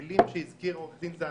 בכלים שהזכיר עורך הדין זנדברג,